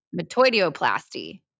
Metoidioplasty